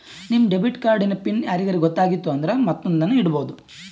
ನಿಮ್ debit card PIN ಯಾರಿಗರೇ ಗೊತ್ತಾಗಿತ್ತು ಅಂದುರ್ ಮತ್ತೊಂದ್ನು ಇಡ್ಬೋದು